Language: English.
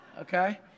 Okay